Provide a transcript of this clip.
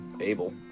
Abel